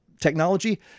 technology